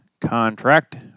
contract